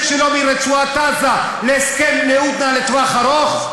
שלו מרצועת-עזה בהסכם הודנה לטווח ארוך?